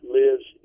lives